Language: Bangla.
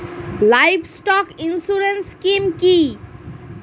লাইভস্টক ইন্সুরেন্স স্কিম কি?